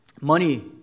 money